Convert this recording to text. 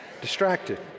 Distracted